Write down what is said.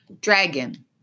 Dragon